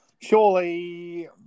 Surely